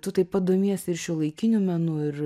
tu taip pat domiesi ir šiuolaikiniu menu ir